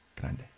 Grande